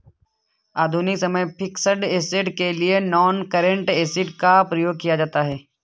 आधुनिक समय में फिक्स्ड ऐसेट के लिए नॉनकरेंट एसिड का प्रयोग किया जाता है